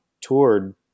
toured